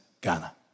Ghana